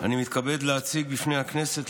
אני מתכבד להציג בפני הכנסת,